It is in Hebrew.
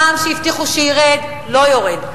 המע"מ שהבטיחו שירד, לא יורד.